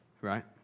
right